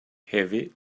heavy